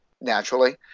naturally